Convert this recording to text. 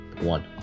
one